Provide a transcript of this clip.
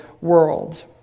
world